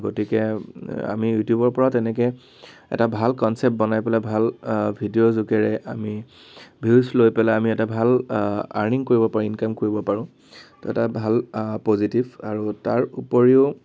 গতিকে আমি ইউটিউবৰপৰা তেনেকৈ এটা ভাল কনচেপ্ত বনাই পেলাই ভাল ভিডিঅ'ৰ যোগেৰে আমি ভিউচ লৈ পেলাই আমি এটা ভাল আৰ্ণিং কৰিব পাৰিম ইনকাম কৰিব পাৰোঁ এইটো এটা ভাল পজিটিভ আৰু তাৰ উপৰিও